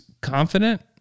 confident